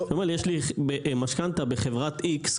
הוא אומר יש לי משכנתה בחברת X,